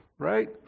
right